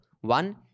One